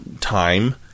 time